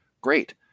Great